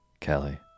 Kelly